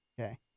Okay